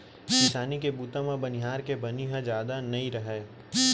किसानी के बूता म बनिहार के बनी ह जादा नइ राहय